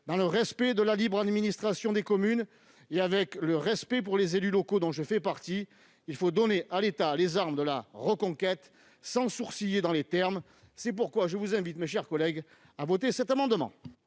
Dans le respect de la libre administration des communes, et avec le respect qui est dû aux élus locaux, dont je fais partie, il faut donner à l'État les armes de la reconquête sans sourciller dans les termes. C'est pourquoi je vous invite, mes chers collègues, à voter cet amendement.